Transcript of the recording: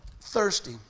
thirsty